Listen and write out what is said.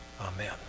Amen